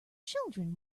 children